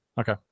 Okay